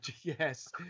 Yes